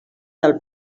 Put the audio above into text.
del